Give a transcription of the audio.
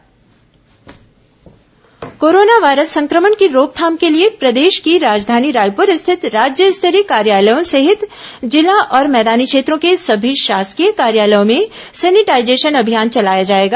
corona कार्यालय sanitize corona virus संक्रमण की रोकथाम के लिए प्रदेश की राजधानी रायपुर स्थित राज्य स्तरीय कार्यालयों सहित जिला और मैदानी क्षेत्रों के सभी शासकीय कार्यालयों में सेनिटाईजेशन अभियान चलाया जाएगा